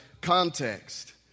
context